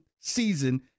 season